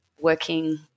working